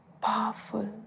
powerful